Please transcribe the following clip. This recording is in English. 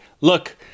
look